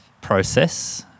process